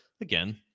again